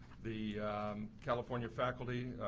the california faculty